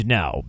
now